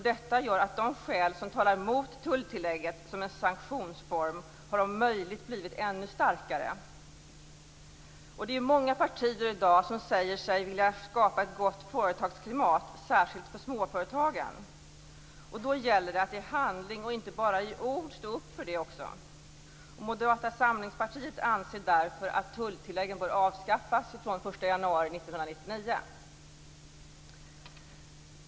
Detta gör att de skäl som talar emot tulltillägget som en sanktionsform om möjligt har blivit ännu starkare. Det är många partier som i dag säger sig vilja skapa ett gott företagsklimat särskilt för småföretagen. Då gäller det att i handling och inte bara i ord också stå upp för det. Moderata samlingspartiet anser därför att tulltilläggen bör avskaffas från den 1 januari 1999.